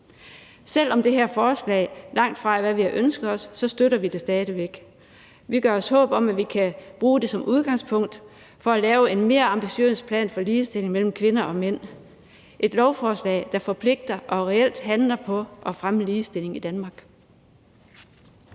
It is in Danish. Selv om det her forslag langtfra er, hvad vi har ønsket os, støtter vi det stadig væk. Vi gør os håb om, at vi kan bruge det som udgangspunkt for at lave en mere ambitiøs plan for ligestilling mellem kvinder og mænd – et lovforslag, der forpligter og reelt handler på at fremme ligestilling i Danmark.